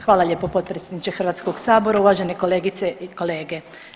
Hvala lijepo potpredsjedniče Hrvatskog sabora, uvažene kolegice i kolege.